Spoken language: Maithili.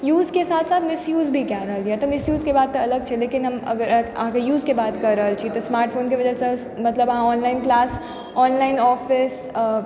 यूजके साथ साथ मिस यूज भी कए रहल यऽ तऽ मिस यूजके बात तऽ अलग छै लेकिन हम अगर अहाँके यूजके बात कऽ रहल छी तऽ स्मार्ट फोनके वजहसँ मतलब अहाँ ऑनलाइन क्लास ऑनलाइन ऑफिस